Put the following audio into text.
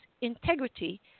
integrity